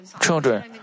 children